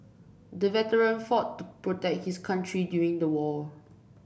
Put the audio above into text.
the veteran fought to protect his country during the war